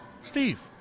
Steve